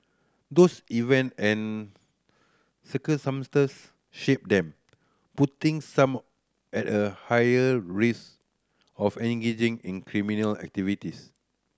those event and circumstances shape them putting some at a higher risk of engaging in criminal activities